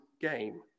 game